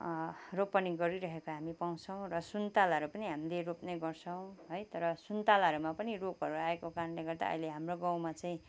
रोपनी गरिरहेको हामी पाउँछौँ र सुन्तलाहरू पनि हामीले रोप्ने गर्छौँ है तर सुन्तलाहरूमा पनि रोगहरू आएको कारणले गर्दा अहिले हाम्रो गाउँमा चाहिँ